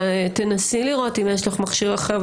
תנסי לראות אם יש לך מכשיר אחר.